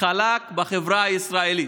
חלק בחברה הישראלית.